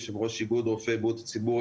יושב-ראש איגוד רופאי בריאות הציבור,